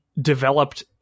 developed